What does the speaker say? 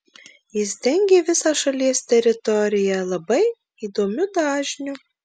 jis dengė visą šalies teritoriją labai įdomiu dažniu